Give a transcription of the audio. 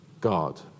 God